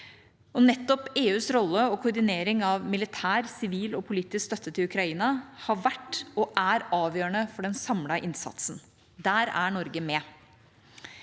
Nettopp EUs rolle og koordinering av militær, sivil og politisk støtte til Ukraina har vært, og er, avgjørende for den samlede innsatsen. Der er Norge med.